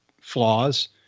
flaws